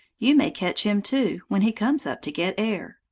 you may catch him too when he comes up to get air.